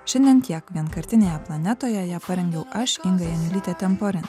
šiandien tiek vienkartinėje planetoje ją parengiau aš inga janiulyte temporen